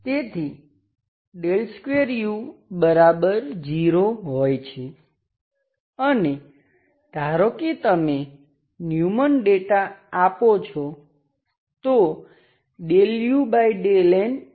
તેથી 2u0 હોય છે અને ધારો કે તમે ન્યૂમન ડેટા આપો છો તો ∂u∂n0થાય છે